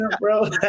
bro